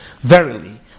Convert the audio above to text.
Verily